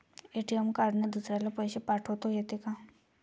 ATM कार्डने दुसऱ्याले पैसे पाठोता येते का?